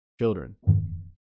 children